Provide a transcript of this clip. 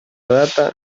data